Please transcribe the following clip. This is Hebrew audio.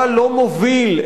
אדוני ראש הממשלה, אתה בוודאי